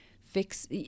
fix